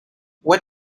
what